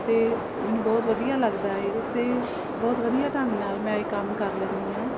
ਅਤੇ ਮੈਨੂੰ ਬਹੁਤ ਵਧੀਆ ਲੱਗਦਾ ਹੈ ਅਤੇ ਬਹੁਤ ਵਧੀਆ ਢੰਗ ਨਾਲ ਮੈਂ ਇਹ ਕੰਮ ਕਰ ਲੈਦੀ ਹਾਂ